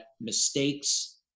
mistakes